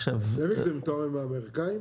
זאביק זה מהאמריקאים?